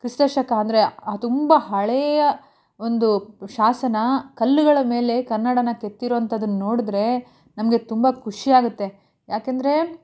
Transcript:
ಕ್ರಿಸ್ತ ಶಕ ಅಂದರೆ ತುಂಬ ಹಳೆಯ ಒಂದು ಶಾಸನ ಕಲ್ಲುಗಳ ಮೇಲೆ ಕನ್ನಡನ ಕೆತ್ತಿರೋಂಥದ್ದನ್ನ ನೋಡಿದ್ರೆ ನಮಗೆ ತುಂಬ ಖುಷಿಯಾಗುತ್ತೆ ಯಾಕೆಂದರೆ